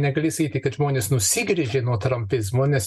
negali sakyti kad žmonės nusigręžė nuo trampizmo nes